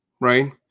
right